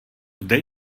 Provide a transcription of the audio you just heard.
zde